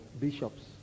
bishops